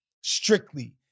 Strictly